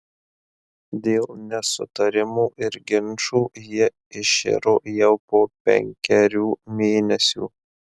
dėl nesutarimų ir ginčų ji iširo jau po penkerių mėnesių